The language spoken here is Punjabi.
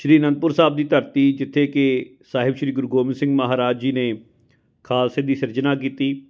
ਸ਼੍ਰੀ ਅਨੰਦਪੁਰ ਸਾਹਿਬ ਦੀ ਧਰਤੀ ਜਿੱਥੇ ਕਿ ਸਾਹਿਬ ਸ਼੍ਰੀ ਗੁਰੂ ਗੋਬਿੰਦ ਸਿੰਘ ਮਹਾਰਾਜ ਜੀ ਨੇ ਖਾਲਸੇ ਦੀ ਸਿਰਜਣਾ ਕੀਤੀ